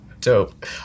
Dope